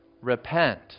repent